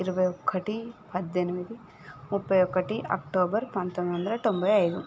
ఇరవై ఒకటి పద్దెనిమిది ముప్పై ఒకటి అక్టోబర్ పంతొమ్మిది వందల తొంభై ఐదు